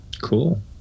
cool